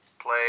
play